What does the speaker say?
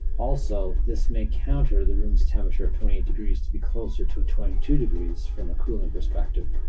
also, this may counter the room's temperature of twenty eight degrees to be closer to a twenty two degrees from a cooling perspective.